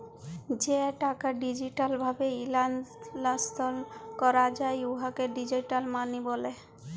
যে টাকা ডিজিটাল ভাবে ইস্থালাল্তর ক্যরা যায় উয়াকে ডিজিটাল মালি ব্যলে